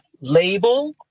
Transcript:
label